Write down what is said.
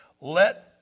let